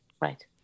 right